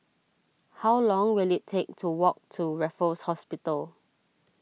how long will it take to walk to Raffles Hospital